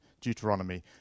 Deuteronomy